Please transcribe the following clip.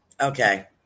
Okay